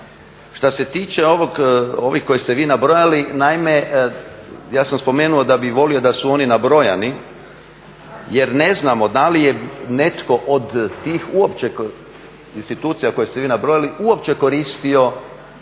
Što se tiče ovih koji ste vi nabrojali, naime ja sam spomenuo da bi volio da su oni nabrojani jer ne znamo da li je netko od tih uopće institucija koje ste vi nabrojali uopće koristio